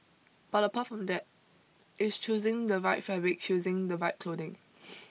but apart from that it's choosing the right fabric choosing the right clothing